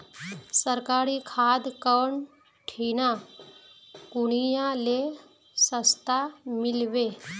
सरकारी खाद कौन ठिना कुनियाँ ले सस्ता मीलवे?